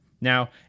Now